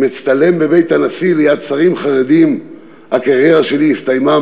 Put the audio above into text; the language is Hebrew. אם אצטלם בבית הנשיא ליד שרים חרדים הקריירה שלי הסתיימה,